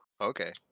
okay